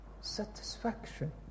Satisfaction